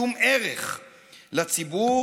שום ערך לציבור,